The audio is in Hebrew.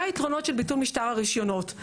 מה היתרונות של ביטול משטר הרשיונות,